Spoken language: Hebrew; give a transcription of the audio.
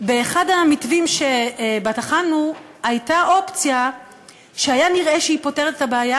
באחד המתווים שבחנו הייתה אופציה שהיה נראה שהיא פותרת את הבעיה,